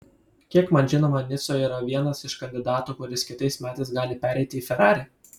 kiek man žinoma nico yra vienas iš kandidatų kuris kitais metais gali pereiti į ferrari